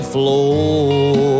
floor